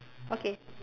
okay